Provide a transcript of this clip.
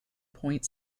point